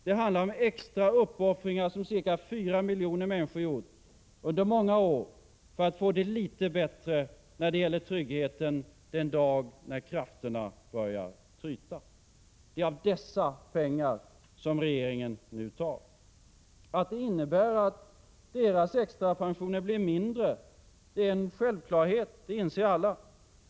Det handlar om de extra uppoffringar som ca 4 miljoner människor gjort under många år för att få litet bättre trygghet den dag när krafterna börjar tryta. Det är av dessa pengar som regeringen nu tar. Det innebär att deras extra pensioner blir mindre — det är en självklarhet, det inser alla.